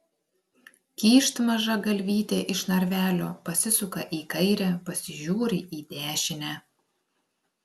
kyšt maža galvytė iš narvelio pasisuka į kairę pasižiūri į dešinę